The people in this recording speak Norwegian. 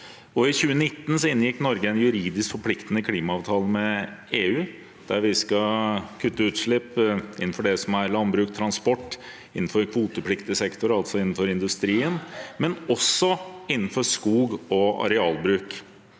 I 2019 inngikk Norge en juridisk forpliktende klimaavtale med EU om at vi skal kutte utslipp innenfor landbruk, transport, kvotepliktig sektor, altså innenfor industrien, men også innenfor skog- og arealbruk.